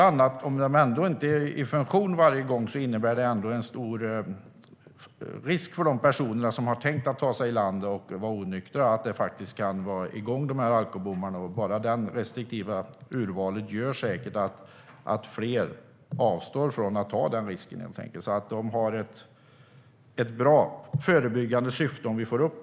Även om de inte alltid är i funktion innebär det ändå en stor risk för de personer som tar bilen och är onyktra när de tar sig i land. Bara det restriktiva urvalet gör säkert att fler avstår från att ta den risken. Alkobommarna har ett bra förebyggande syfte, om de sätts upp.